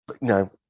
No